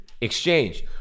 exchange